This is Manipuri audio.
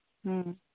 ꯎꯝ